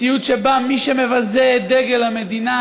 מי שמבזה את דגל המדינה,